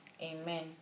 Amen